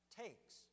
takes